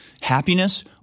happiness